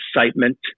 excitement